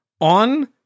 on